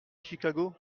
chicago